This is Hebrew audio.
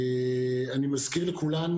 אני מזכיר לכולנו,